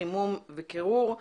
חימום וקירור.